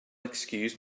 excuse